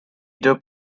edo